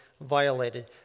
violated